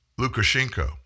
Lukashenko